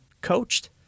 coached